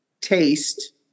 taste